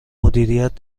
مدیریت